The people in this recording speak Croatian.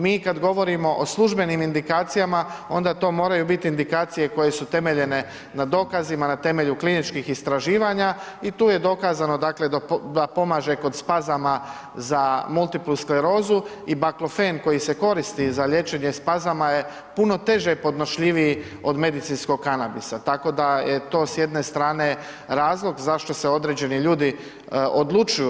Mi kad govorimo o službenim indikacijama onda to moraju biti indikacije koje su temeljene na dokazima, na temelju kliničkih istraživanja i tu je dokazano, dakle, da pomaže kod spazama za multiplu sklerozu i baklofen koji se koristi za liječenje spazama je puno teže podnošljiviji od medicinskog kanabisa, tako da je to s jedne strane razlog zašto se određeni ljudi odlučuju.